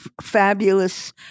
fabulous